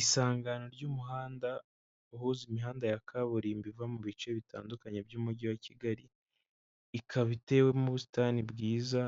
Isangano ry'umuhanda uhuza imihanda ya kaburimbo iva mu bice bitandukanye by'umujyi wa Kigali, ikaba itewemo ubusitani bwiza,